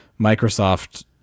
Microsoft